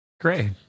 Great